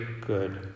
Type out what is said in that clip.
good